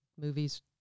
movies